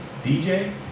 DJ